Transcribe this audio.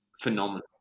phenomenal